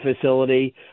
facility